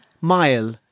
mile